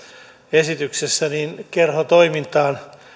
esityksessä eli kerhotoimintaan